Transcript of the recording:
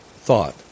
thought